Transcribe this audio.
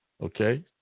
Okay